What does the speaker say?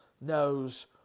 knows